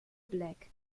black